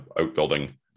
outbuilding